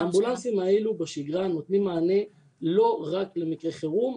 האמבולנסים האלה בשגרה נותנים מענה לא רק למקרי חירום,